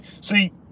See